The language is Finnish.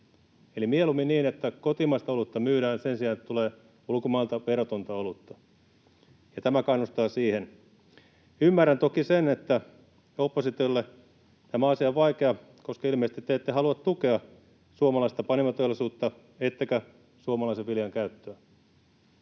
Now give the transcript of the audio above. Eli mieluummin niin, että kotimaista olutta myydään sen sijaan, että tulee ulkomailta verotonta olutta. Tämä kannustaa siihen. Ymmärrän toki sen, että oppositiolle tämä asia on vaikea, koska ilmeisesti te ette halua tukea suomalaista panimoteollisuutta ettekä suomalaisen viljan käyttöä.